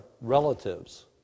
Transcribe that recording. relatives